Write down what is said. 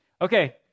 Okay